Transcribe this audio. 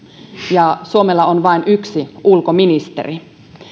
ja suomella on vain yksi ulkoministeri